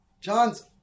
John's